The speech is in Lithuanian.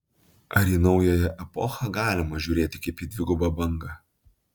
ar į naująją epochą galima žiūrėti kaip į dvigubą bangą